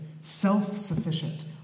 self-sufficient